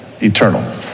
eternal